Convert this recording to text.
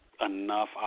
enough